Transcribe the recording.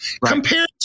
compared